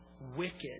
wicked